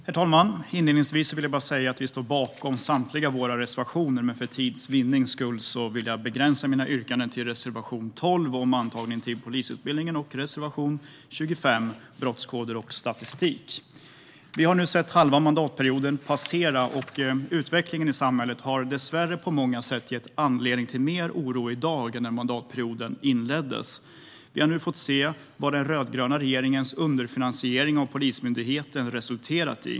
Herr talman! Inledningsvis vill jag säga att vi står bakom samtliga våra reservationer, men för tids vinnande begränsar jag mina yrkanden till reservation 12 om antagning till polisutbildningen och reservation 24 om brottskoder och statistik. Vi har nu sett halva mandatperioden passera, och utvecklingen i samhället har dessvärre på många sätt gett anledning till mer oro i dag än när mandatperioden inleddes. Vi har fått se vad den rödgröna regeringens underfinansiering av Polismyndigheten resulterat i.